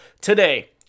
today